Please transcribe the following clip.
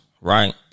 Right